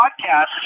podcast